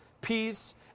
peace